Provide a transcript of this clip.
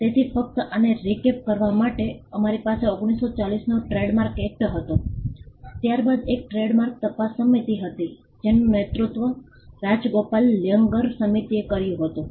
તેથી ફક્ત આને રિકેપ કરવા માટે અમારી પાસે 1940 નો ટ્રેડમાર્ક એક્ટ હતો ત્યારબાદ એક ટ્રેડમાર્ક તપાસ સમિતિ હતી જેનું નેતૃત્વ રાજગોપાલ લ્યંગર સમિતિએ કર્યું હતું